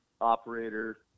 operator